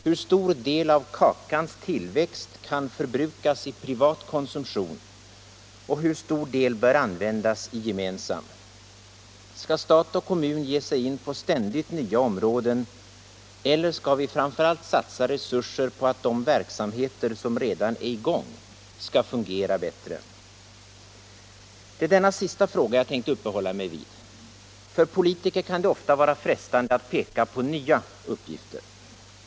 Hur stor del av kakans tillväxt kan förbrukas i privatkonsumtion, och hur stor del bör användas i gemensam? Skall stat och kommun ge sig in på ständigt nya områden, eller skall vi framför allt satsa resurser på att de verksamheter som redan är i gång skall fungera bättre? Det är denna sista fråga jag tänkte uppehålla mig vid. För politiker kan det ofta vara frestande att peka på nya uppgifter.